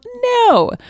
no